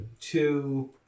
Two